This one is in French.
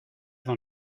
dans